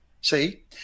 see